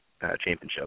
Championship